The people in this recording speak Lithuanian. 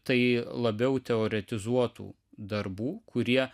tai labiau teoretizuotų darbų kurie